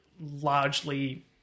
largely